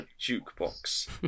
jukebox